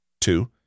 two